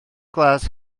glas